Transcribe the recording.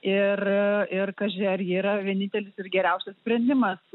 ir ir kaži ar ji yra vienintelis ir geriausias sprendimas